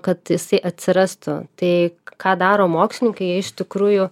kad jisai atsirastų tai ką daro mokslininkai jie iš tikrųjų